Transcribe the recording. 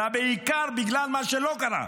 אלא בעיקר בגלל מה שלא קרה.